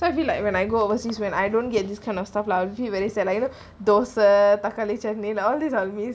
so I feel like when I go overseas when I don't get this kind of stuff I will feel very sad like you know dosa thakkali chutney: thosa thakkalichutney all these I'll miss